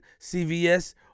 CVS